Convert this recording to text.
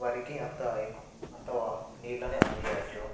వరికి అంత ఎక్ అంత నీళ్ళని అందియచ్చు